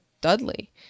Dudley